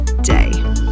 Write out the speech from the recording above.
day